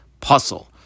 puzzle